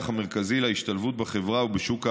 המרכזי להשתלבות בחברה ובשוק העבודה,